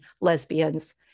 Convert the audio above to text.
lesbians